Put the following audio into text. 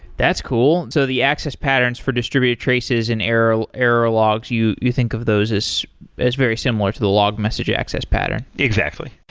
that's cool. so the access patterns for distributed traces and error error logs, you you think of those as as very similar to the log message access pattern. exactly.